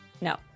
no